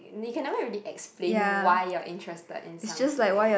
you can never really explain why you're interested in something